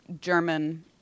German